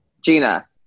Gina